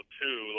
two